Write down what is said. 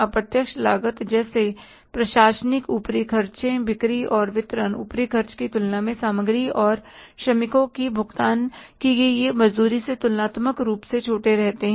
अप्रत्यक्ष लागत जैसे प्रशासनिक ऊपरी खर्चे बिक्री और वितरण ऊपरी खर्चे की तुलना में सामग्री और श्रमिकों को भुगतान की गई यह मजदूरी से तुलनात्मक रूप से छोटे रहते हैं